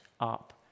up